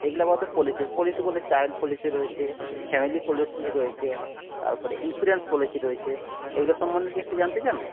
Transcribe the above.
এইগুলো এবার policy policy বলতে চাইল্ড পলিশি রয়েছে ফ্যামিলি পলিশি রয়েছে তারপরে ইনস্যুরেন্স পলিশি রয়েছে এইগুলো সম্বন্ধে কি একটু জানতে চান